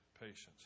patience